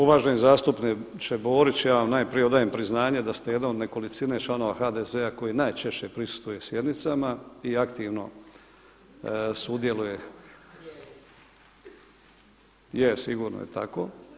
Uvaženi zastupniče Borić, ja vam najprije odajem priznanje da ste jedan od nekolicine članova HDZ-a koji najčešće prisustvuje sjednicama i aktivno sudjeluje. … [[Upadica se ne čuje.]] Je, sigurno je tako.